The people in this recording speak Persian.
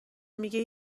میگه